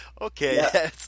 Okay